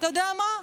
אתה יודע מה?